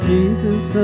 Jesus